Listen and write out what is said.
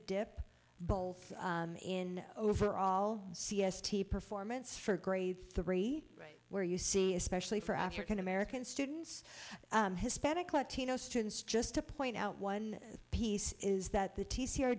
dip both in overall c s t performance for grade three where you see especially for african american students hispanic latino students just to point out one piece is that the t